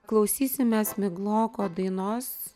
klausysimės migloko dainos